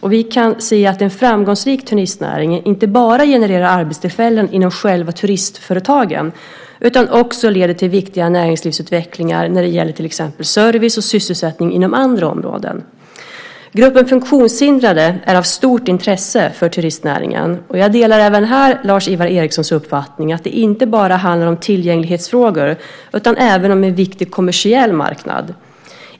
Vi kan se att en framgångsrik turistnäring inte bara genererar arbetstillfällen inom själva turistföretagen, utan även leder till viktig näringslivsutveckling, service och sysselsättning inom andra områden. Gruppen funktionshindrade är av stort intresse för turistnäringen. Jag delar även här Lars-Ivar Ericsons uppfattning att det inte bara handlar om tillgänglighetsfrågor utan även om en viktig kommersiell marknad.